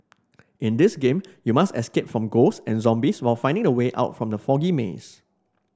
in this game you must escape from ghosts and zombies while finding the way out from the foggy maze